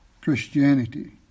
Christianity